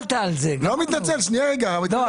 היה פה ניסיון.